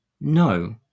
No